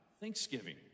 thanksgiving